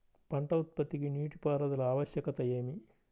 పంట ఉత్పత్తికి నీటిపారుదల ఆవశ్యకత ఏమి?